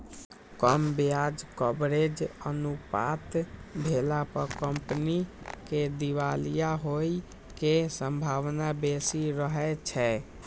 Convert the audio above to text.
कम ब्याज कवरेज अनुपात भेला पर कंपनी के दिवालिया होइ के संभावना बेसी रहै छै